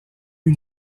eut